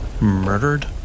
Murdered